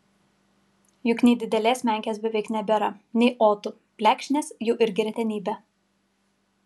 juk nei didelės menkės beveik nebėra nei otų plekšnės jau irgi retenybė